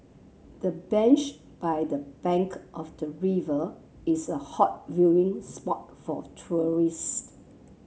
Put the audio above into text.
the bench by the bank of the river is a hot viewing spot for tourist